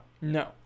No